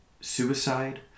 suicide